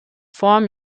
form